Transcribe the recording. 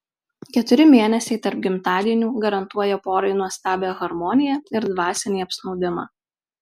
keturi mėnesiai tarp gimtadienių garantuoja porai nuostabią harmoniją ir dvasinį apsnūdimą